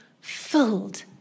filled